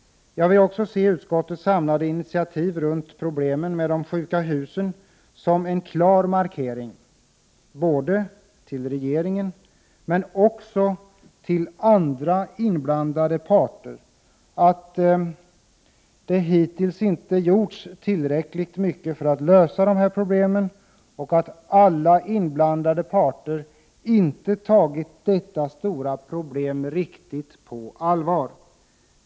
Jag vill också se utskottets samlade initiativ kring problemen med sjuka hus som en klar markering både till regeringen men också till andra inblandade parter, att det hittills inte har gjorts tillräckligt mycket för att lösa dessa problem och att alla inblandade parter inte har tagit detta stora problem riktigt på allvar.